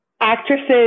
actresses